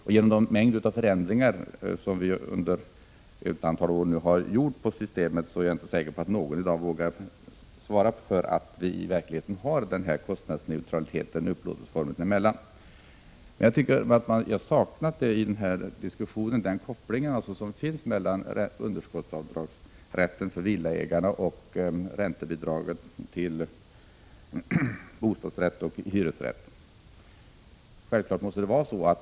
På grund av den mängd förändringar i systemet som vi under ett antal år har gjort är jag inte säker på att någon i dag vågar säga att vi faktiskt har kostnadsneutralitet upplåtelseformerna emellan. Jag tycker att man i den här diskussionen har saknat den koppling som finns mellan rätten till underskottsavdrag för villaägare och räntebidragen till bostadsrätt och hyresrätt.